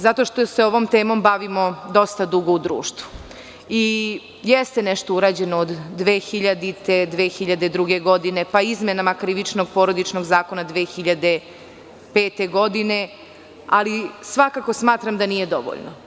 Zato što se ovom temom bavimo dosta dugo u društvu i jeste nešto urađeno od 2000, 2002. godine, pa izmenama Krivičnog porodičnog zakona 2005. godine, ali, svakako smatram da nije dovoljno.